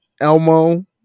Elmo